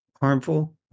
harmful